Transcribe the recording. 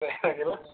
हुन्छ राखेँ ल